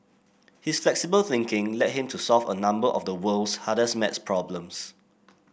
his flexible thinking led him to solve a number of the world's hardest maths problems